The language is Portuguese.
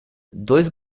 dois